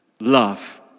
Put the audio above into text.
love